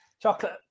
chocolate